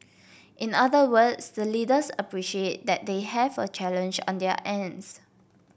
in other words the leaders appreciate that they have a challenge on their ends